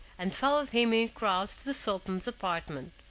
and followed him in crowds to the sultan's apartment.